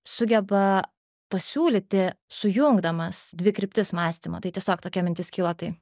sugeba pasiūlyti sujungdamas dvi kryptis mąstymo tai tiesiog tokia mintis kylo tai